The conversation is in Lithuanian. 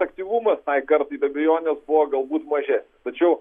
aktyvumas tai kartai be abejonės buvo galbūt maže tačiau